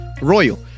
royal